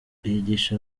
yigisha